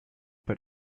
but